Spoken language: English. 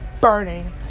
burning